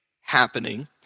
happening